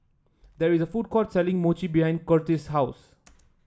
there is a food court selling Mochi behind Curtiss' house